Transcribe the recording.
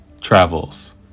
travels